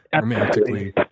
romantically